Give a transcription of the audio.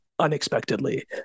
unexpectedly